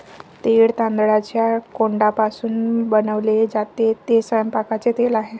तेल तांदळाच्या कोंडापासून बनवले जाते, ते स्वयंपाकाचे तेल आहे